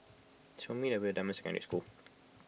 show me the way Dunman Secondary School